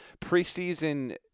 preseason